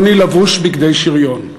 יוני לבוש בגדי שריון.